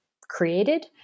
created